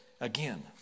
again